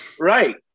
right